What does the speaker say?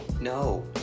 No